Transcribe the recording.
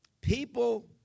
People